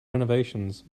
renovations